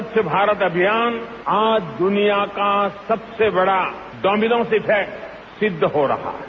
स्वच्छ भारत अभियान आज दुनिया का सबसे बड़ा डोमिनोज इफैक्ट सिद्ध हो रहा है